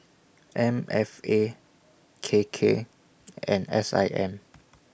M F A K K and S I M